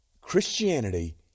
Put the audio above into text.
Christianity